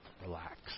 relax